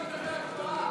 יש תקנון כנסת,